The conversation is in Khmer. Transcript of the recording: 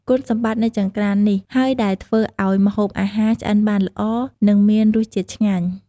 គុណសម្បត្តិនៃចង្ក្រាននេះហើយដែលធ្វើឱ្យម្ហូបអាហារឆ្អិនបានល្អ និងមានរសជាតិឆ្ងាញ់។